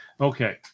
okay